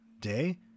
day